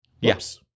Yes